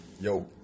Yo